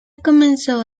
comenzó